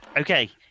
Okay